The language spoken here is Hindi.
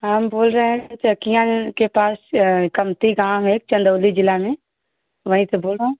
हम बोल रहे हैं चकिया के पास कमती गाँव में चंदौली ज़िला में वहीं से बोल रहा हूँ